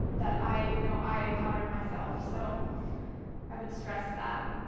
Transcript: that i know i encountered myself. so i would stress that.